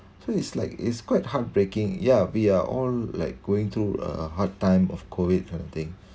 so it's like it's quite heartbreaking ya we are all like going through a hard time of COVID kind of thing